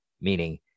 Meaning